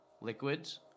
liquids